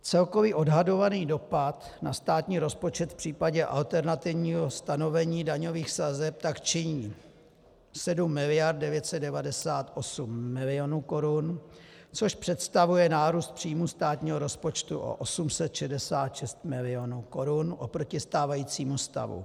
Celkový odhadovaný dopad na státní rozpočet v případě alternativního stanovení daňových sazeb tak činí 7 mld. 998 milionů korun, což představuje nárůst příjmů státního rozpočtu o 866 milionů korun proti stávajícímu stavu.